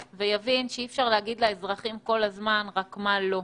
ויבין שאי-אפשר להגיד כל הזמן לאזרחים מה לא,